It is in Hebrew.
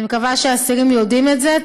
אני מקווה שהאסירים יודעים את זה,